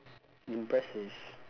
impressive